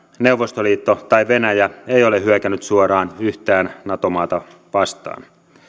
neuvostoliitto tai venäjä ei ole hyökännyt suoraan yhtään nato maata vastaan